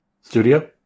studio